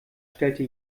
stellte